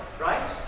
right